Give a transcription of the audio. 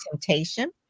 Temptation